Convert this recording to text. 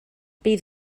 bydd